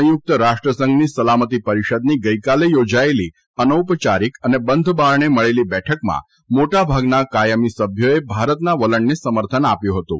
સંયુકત રાષ્ટ્રસંઘની સલામતિ પરિષદની ગઇકાલે યોજાયેલી અનૌપયારિક અને બંધબારણે મળેલી બેઠકમાં મોટા ભાગના કાયમી સભ્યોએ ભારતના વલણને સમર્થન આપ્યું હતું